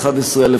11א,